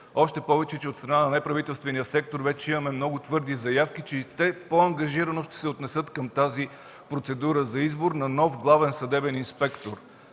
още повече от страна на неправителствения сектор вече имаме много твърди заявки, че и те по-ангажирано ще се отнесат към тази процедура за избор на нов главен съдебен инспектор.